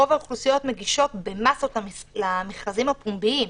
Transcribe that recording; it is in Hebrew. רוב האוכלוסיות מגישות במסות למכרזים הפומביים,